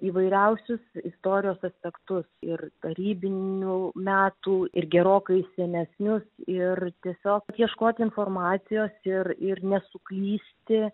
įvairiausius istorijos aspektus ir tarybinių metų ir gerokai senesnius ir tiesiog ieškoti informacijos ir ir nesuklysti